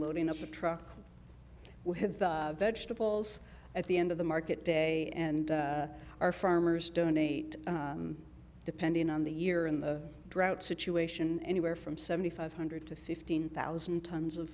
loading up a truck we have vegetables at the end of the market day and our farmers donate depending on the year in the drought situation anywhere from seventy five hundred to fifteen thousand tons of